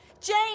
Jane